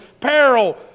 peril